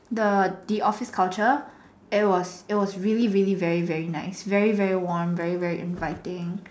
the the office culture it was it was really really very very nice very very warm very very inviting